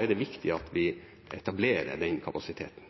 er det viktig at vi etablerer den kapasiteten.